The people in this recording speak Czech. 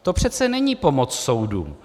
To přece není pomoc soudům.